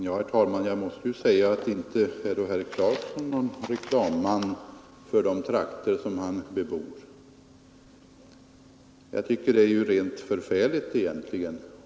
Herr talman! Inte är då herr Clarkson någon reklamman för de trakter han bebor. Jag tycker att det är ju rent förfärligt egentligen.